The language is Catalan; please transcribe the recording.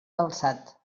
calçat